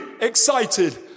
excited